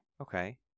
Okay